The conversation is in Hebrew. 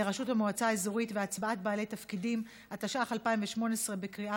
התשע"ח 2018, עברה בקריאה